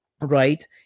right